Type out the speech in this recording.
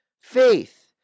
Faith